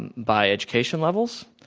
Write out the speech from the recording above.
and by education levels.